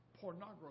pornography